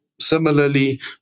Similarly